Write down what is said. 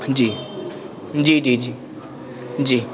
جی جی جی جی جی